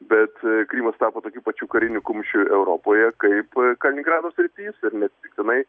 bet krymas tapo tokiu pačiu kariniu kumščiu europoje kaip kaliningrado sritis ir neatsitiktinai